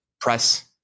press